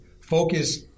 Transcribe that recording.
Focus